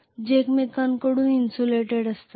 जे एकमेकांकडून इन्सुलेटेड असतात